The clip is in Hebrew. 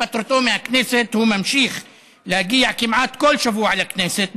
התפטרותו מהכנסת הוא ממשיך להגיע כמעט כל שבוע לכנסת,